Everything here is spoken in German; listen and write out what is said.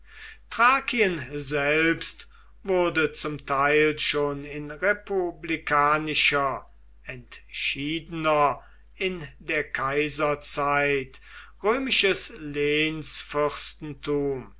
thrakien selbst wurde zum teil schon in republikanischer entschiedener in der kaiserzeit römisches